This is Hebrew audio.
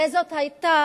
הרי זאת היתה,